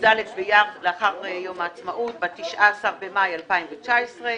י״ד באייר, לאחר יום העצמאות, ב-19 במאי 2019,